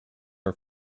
are